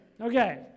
Okay